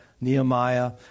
Nehemiah